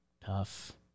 Tough